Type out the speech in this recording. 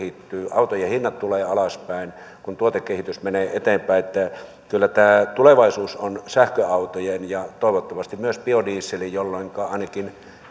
autojen hinnat tulevat alaspäin kun tuotekehitys menee eteenpäin kyllä tämä tulevaisuus on sähköautojen ja toivottavasti myös biodieselin jolloin ainakin